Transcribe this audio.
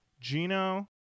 Gino